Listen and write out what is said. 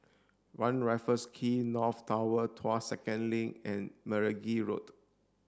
One Raffles Quay North Tower Tuas Second Link and Meragi Road